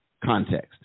context